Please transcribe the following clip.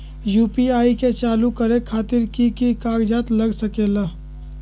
UPI के चालु करे खातीर कि की कागज़ात लग सकेला?